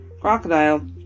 Crocodile